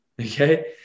okay